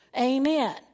Amen